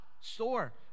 store